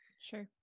Sure